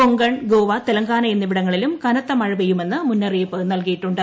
കൊങ്കൺ ഗോവ തെലങ്കാന എന്നിവിടങ്ങളിലും കനത്ത മഴ പെയ്യുമെന്ന് മുന്നറിയിപ്പ് നൽകിയിട്ടു്